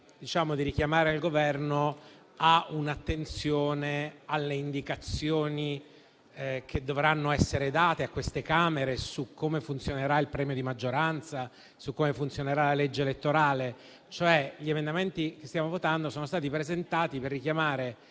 di richiamare il Governo a un'attenzione alle indicazioni che dovranno essere date a queste Camere su come funzioneranno il premio di maggioranza e la legge elettorale. Gli emendamenti che stiamo votando sono stati cioè presentati per richiamare